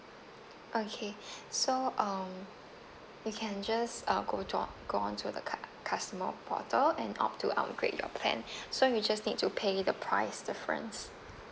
okay so um you can just uh go to our go on to the cu~ customer portal and opt to upgrade your plan so you just need to pay the price difference